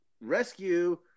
rescue